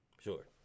sure